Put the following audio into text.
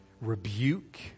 rebuke